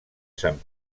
sant